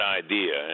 idea